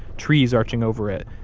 trees arching over it,